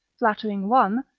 flattering one,